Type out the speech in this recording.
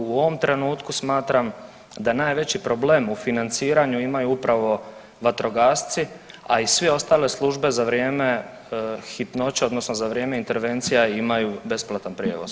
U ovom trenutku smatram da najveći problem u financiranju imaju upravo vatrogasci, a i sve ostale službe za vrijeme hitnoće odnosno za vrijeme intervencija imaju besplatan prijevoz.